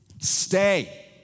Stay